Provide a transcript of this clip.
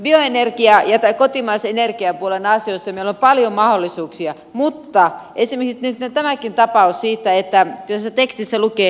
bioenergian ja tämän kotimaisen energiapuolen asioissa meillä on paljon mahdollisuuksia mutta esimerkiksi nyt on tämäkin tapaus siitä että tuossa tekstissä lukee